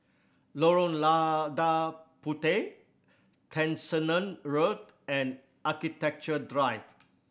Lorong Lada Puteh Tessensohn Road and Architecture Drive